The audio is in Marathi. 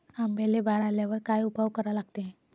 आंब्याले बार आल्यावर काय उपाव करा लागते?